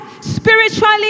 spiritually